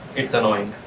it's annoying.